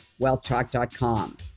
WealthTalk.com